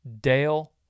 Dale